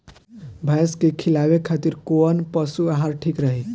भैंस के खिलावे खातिर कोवन पशु आहार ठीक रही?